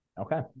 Okay